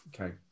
Okay